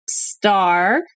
Star